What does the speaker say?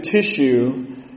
tissue